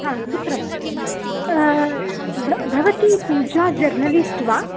हा सुप्रभातं भवती पूजा जर्नलिस्ट् वा